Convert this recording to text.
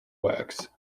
works